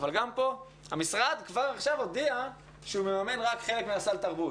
אבל גם פה המשרד כבר עכשיו הודיע שהוא מממן רק חלק מסל התרבות.